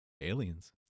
Aliens